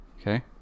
Okay